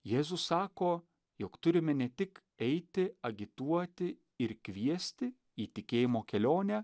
jėzus sako jog turime ne tik eiti agituoti ir kviesti į tikėjimo kelionę